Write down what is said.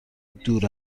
دور